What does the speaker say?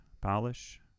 Polish